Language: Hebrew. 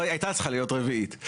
הייתה צריכה להיות רביעית.